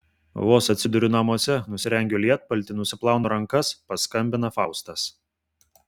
vos atsiduriu namuose nusirengiu lietpaltį nusiplaunu rankas paskambina faustas